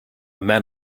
man